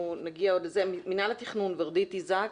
מינהל התכנון, ורדית איזק.